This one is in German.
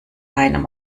einem